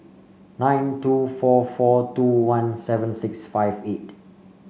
nine two four four two one seven six five eight